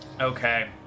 Okay